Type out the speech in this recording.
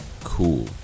cool